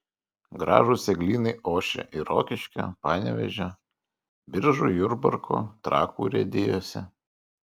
gražūs eglynai ošia ir rokiškio panevėžio biržų jurbarko trakų urėdijose